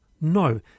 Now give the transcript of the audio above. No